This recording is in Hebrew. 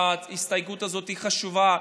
שההסתייגות הזאת היא חשובה.